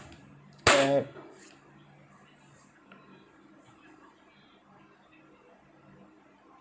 clap